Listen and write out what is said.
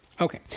Okay